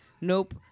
nope